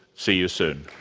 see you soon.